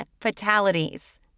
fatalities